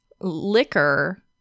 liquor